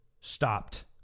stopped